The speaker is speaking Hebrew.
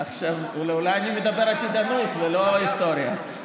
אולי אני מדבר עתידנות ולא היסטוריה.